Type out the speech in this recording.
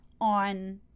on